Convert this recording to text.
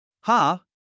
Ha